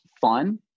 fun